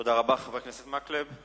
תודה רבה לחבר הכנסת מקלב.